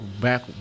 back